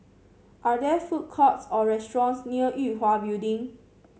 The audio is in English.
are there food courts or restaurants near Yue Hwa Building